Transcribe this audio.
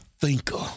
thinker